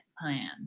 plan